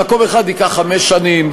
במקום אחד ייקח חמש שנים,